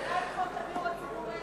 מאז חוק הדיור הציבורי,